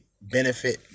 benefit